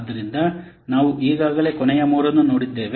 ಆದ್ದರಿಂದ ನಾವು ಈಗಾಗಲೇ ಕೊನೆಯ ಮೂರನ್ನು ನೋಡಿದ್ದೇವೆ